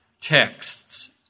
texts